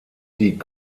die